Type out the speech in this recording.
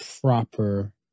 proper